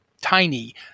tiny